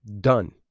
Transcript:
done